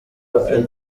open